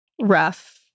rough